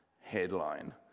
Headline